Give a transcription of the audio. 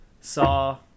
Saw